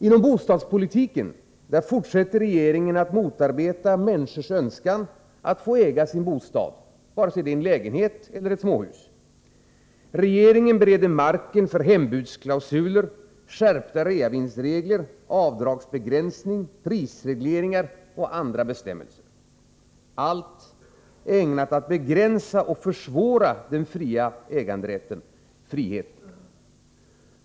Inom bostadspolitiken fortsätter regeringen att motarbeta människors Önskan att få äga sin bostad — vare sig det är en lägenhet eller ett småhus. Regeringen bereder marken för hembudsklausuler, skärpta reavinstregler, avdragsbegränsning, prisregleringar och andra bestämmelser — allt ägnat att begränsa och försvåra den fria äganderätten och friheten.